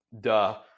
duh